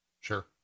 sure